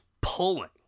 pulling